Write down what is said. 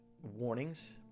warnings